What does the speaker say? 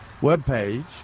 webpage